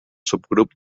subgrup